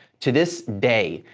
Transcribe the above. to this day,